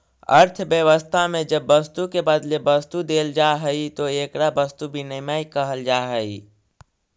अर्थव्यवस्था में जब वस्तु के बदले वस्तु देल जाऽ हई तो एकरा वस्तु विनिमय कहल जा हई